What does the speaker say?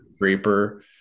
Draper